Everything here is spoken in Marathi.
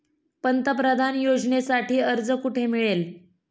पंतप्रधान योजनेसाठी अर्ज कुठे मिळेल?